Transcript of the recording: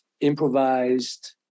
improvised